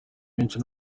benshi